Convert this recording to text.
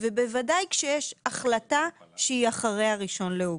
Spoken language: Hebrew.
ובוודאי כשיש החלטה שהיא אחרי ה-1 באוגוסט.